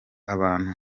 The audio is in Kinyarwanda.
abantu